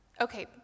Okay